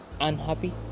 unhappy